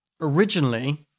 originally